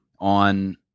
On